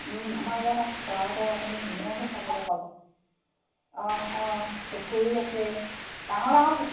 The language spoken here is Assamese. আমাৰ ইয়াত আকৌ চৰাই তৰাই আপুনি ধুনীয়াকৈ চাবলৈ পাব অঁ অঁ পুখুৰী আছে ডাঙৰ ডাঙৰ পুখুৰী